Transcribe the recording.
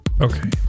Okay